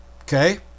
Okay